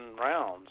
rounds